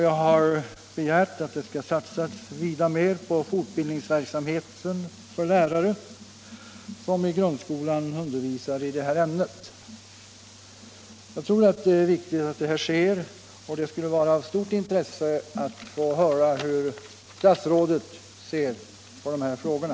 Jag har begärt att det skall satsas vida mer på fortbildningsverksamheten för lärare som i grundskolan undervisar i det här ämnet. Jag tror det är viktigt att detta sker, och det skulle vara av stort intresse att få höra hur statsrådet ser på de här frågorna.